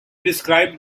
described